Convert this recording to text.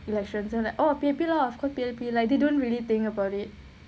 elections and then like oh P_A_P lah of course P_A_P like they don't really think about it